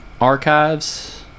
archives